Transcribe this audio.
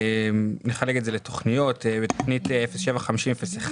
נחלק את זה לתוכניות: בתוכנית 07-50-01